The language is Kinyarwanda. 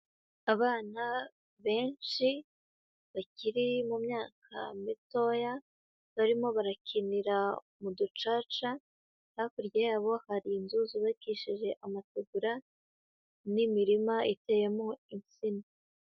Abana benshi bakiri mu myaka mitoya, barimo barakinira mu ducaca, hakurya yabo hari inzu zubakishije amategura, n'imirima iteyemo insina.